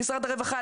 למשרד הרווחה,